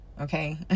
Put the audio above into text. Okay